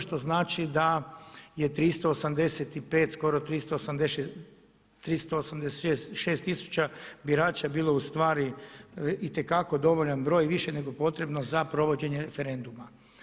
Što znači da je 385 skoro 386 tisuća birača bilo ustvari itekako dovoljan broj i više nego potrebno za provođenje referenduma.